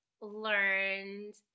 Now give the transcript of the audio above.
learned